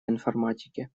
информатике